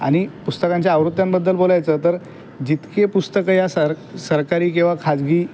आणि पुस्तकांच्या आवृत्त्यांबद्दल बोलायचं तर जितके पुस्तकं या सर सरकारी किंवा खाजगी